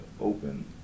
open